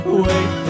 wait